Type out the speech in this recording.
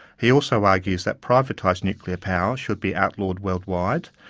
he also argues that privatized nuclear power should be outlawed worldwide,